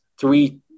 three